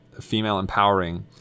female-empowering